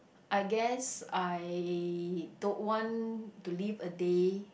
I guess I don't want to live a day